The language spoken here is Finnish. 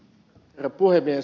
herra puhemies